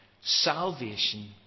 Salvation